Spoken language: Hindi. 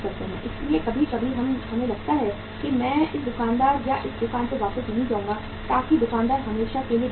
इसलिए कभी कभी हमें लगता है कि मैं इस दुकानदार या इस दुकान में वापस नहीं आऊंगा ताकि दुकानदार हमेशा के लिए बिक्री खो दे